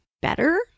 better